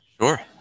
Sure